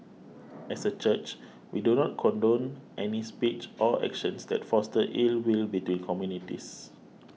as a church we do not condone any speech or actions that foster ill will between communities